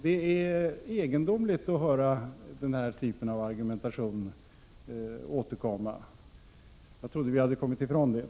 Det är egendomligt att höra denna typ av argumentation återkomma. Jag trodde att vi hade kommit ifrån den.